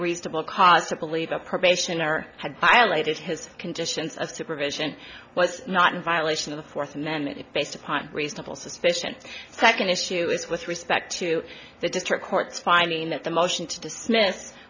reasonable cause to believe a probation or had violated his conditions of supervision was not in violation of the fourth amendment based upon reasonable suspicion second issue is with respect to the district court's finding that the motion to dismiss